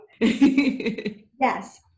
Yes